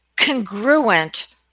congruent